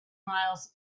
miles